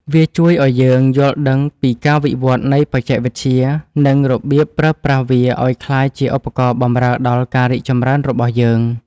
វាជួយឱ្យយើងយល់ដឹងពីការវិវឌ្ឍនៃបច្ចេកវិទ្យា និងរបៀបប្រើប្រាស់វាឱ្យក្លាយជាឧបករណ៍បម្រើដល់ការរីកចម្រើនរបស់យើង។